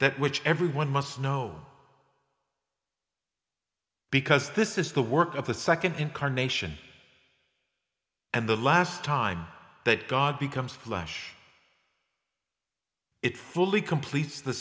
that which everyone must know because this is the work of the nd incarnation and the last time that god becomes flesh it fully completes the